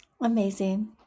Amazing